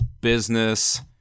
business